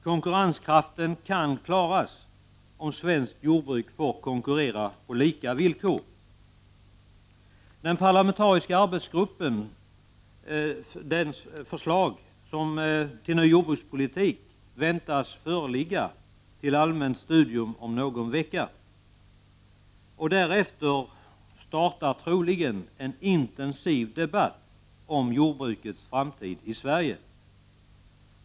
Konkurrenskraften kan klaras, om svenskt jordbruk får konkurrera på lika villkor. tas föreligga till allmänt studium om någon vecka, och därefter startar troligen en intensiv debatt om jordbrukets framtid i Sverige.